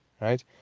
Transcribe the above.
right